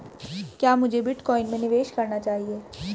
क्या मुझे बिटकॉइन में निवेश करना चाहिए?